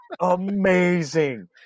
amazing